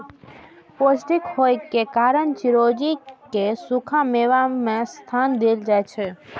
पौष्टिक होइ के कारण चिरौंजी कें सूखा मेवा मे स्थान देल जाइ छै